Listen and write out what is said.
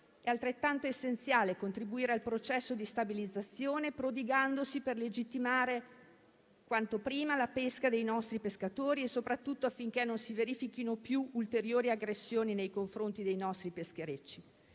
è altrettanto essenziale contribuire al processo di stabilizzazione, prodigandosi per legittimare quanto prima la pesca dei nostri pescatori e soprattutto affinché non si verifichino più ulteriori aggressioni nei confronti dei nostri pescherecci.